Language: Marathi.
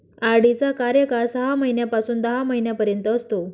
आर.डी चा कार्यकाळ सहा महिन्यापासून दहा महिन्यांपर्यंत असतो